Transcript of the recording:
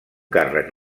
càrrec